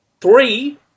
three